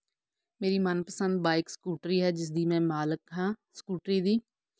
ਮੇਰੀ ਮਨਪਸੰਦ bike scooty ਹੈ ਜਿਸਦੀ ਮੈਂ ਮਾਲਕ ਹਾਂ ਸਕੂਟਰੀ ਦੀ